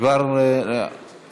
כבר ביקש להתנגד נחמן שי.